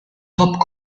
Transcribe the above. top